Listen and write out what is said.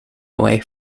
away